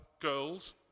girls